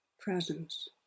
presence